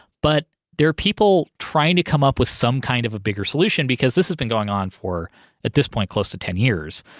but there are people trying to come up with some kind of a bigger solution because this has been going on for at this point, close to ten years.